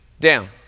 down